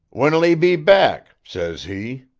when'll he be back says he.